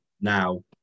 now